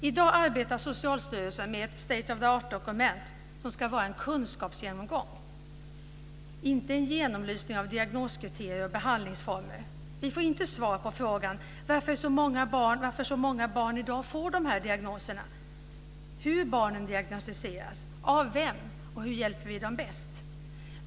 I dag arbetar Socialstyrelsen med ett state of the art-dokument, som ska vara en kunskapsgenomgång - inte en genomlysning av diagnoskriterier och behandlingsformer. Vi får inte svar på frågan varför så många barn i dag får dessa diagnoser, hur barnen diagnostiseras, av vem och hur vi hjälper dem bäst.